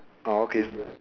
orh okay